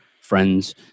friends